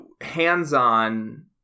hands-on